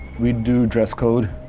we'd do dress code,